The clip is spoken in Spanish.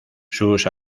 sus